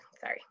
Sorry